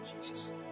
Jesus